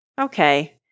Okay